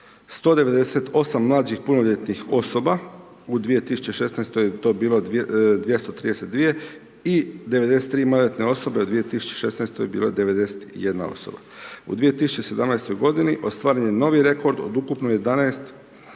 198 mlađih punoljetnih osoba u 2016. je to bilo 232 i 93 maloljetne osobe, u 2016. bilo je 91 osoba. U 2017. godini ostvaren je novi rekord od ukupno 11